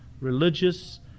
religious